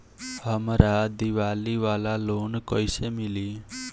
हमरा दीवाली वाला लोन कईसे मिली?